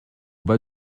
bas